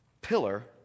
pillar